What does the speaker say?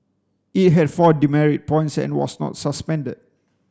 it had four demerit points and was not suspended